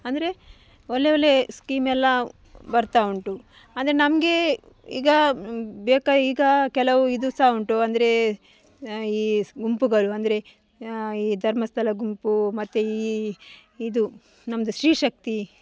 ಅಂದರೆ ಒಳ್ಳೆ ಒಳ್ಳೆ ಸ್ಕೀಮ್ ಎಲ್ಲ ಬರ್ತಾ ಉಂಟು ಅಂದರೆ ನಮಗೆ ಈಗ ಬೇಕ ಈಗ ಕೆಲವು ಇದು ಸ ಉಂಟು ಅಂದರೆ ಈ ಗುಂಪುಗಳು ಅಂದರೆ ಈ ಧರ್ಮಸ್ಥಳ ಗುಂಪು ಮತ್ತು ಈ ಇದು ನಮ್ಮದು ಸ್ತ್ರೀಶಕ್ತಿ